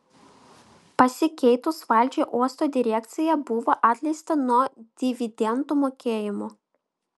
pasikeitus valdžiai uosto direkcija buvo atleista nuo dividendų mokėjimo